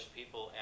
people